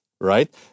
right